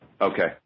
Okay